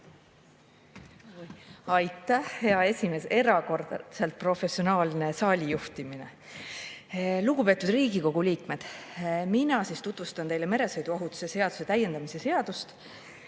Aitäh, hea esimees, erakordselt professionaalne saali juhtimine! Lugupeetud Riigikogu liikmed! Mina tutvustan teile meresõiduohutuse seaduse täiendamise seadust,